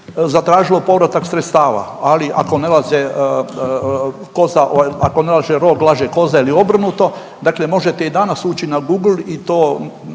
se ne razumije./... ako ne laže rog, laže koza ili obrnuto, dakle možete i danas ući na Google i to,